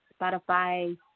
Spotify